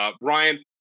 Ryan